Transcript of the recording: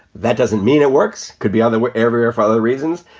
that doesn't mean it works. could be other whatever for other reasons.